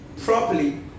properly